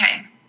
Okay